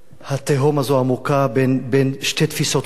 התהום הזאת עמוקה, בין שתי תפיסות עולם,